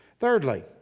Thirdly